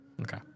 Okay